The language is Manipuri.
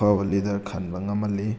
ꯑꯐꯕ ꯂꯤꯗꯔ ꯈꯟꯕ ꯉꯝꯍꯜꯂꯤ